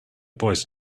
boys